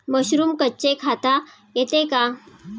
Mushroom कच्चे खाता येते का?